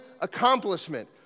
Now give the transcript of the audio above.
accomplishment